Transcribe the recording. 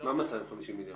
--- מה 250 מיליארד?